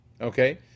okay